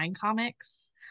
comics